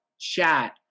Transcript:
chat